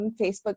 Facebook